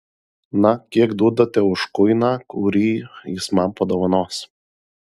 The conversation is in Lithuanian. na kiek duodate už kuiną kurį jis man padovanos